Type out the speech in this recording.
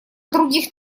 других